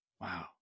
Wow